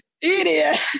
idiot